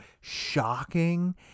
shocking